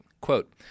Quote